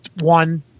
one